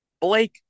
Blake